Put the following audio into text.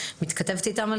תציגי את עצמך